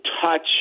touch